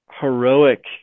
heroic